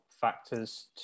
factors